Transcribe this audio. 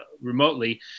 remotely